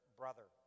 brother